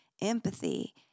empathy